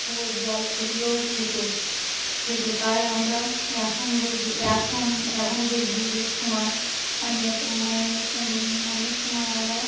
কুয়োর জল ফুটিয়েও খেত খেত তাই আমরা এখনকার এখন এখনকার যুগের সময় অনেক অনেক অনেক সময় আমরা